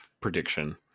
prediction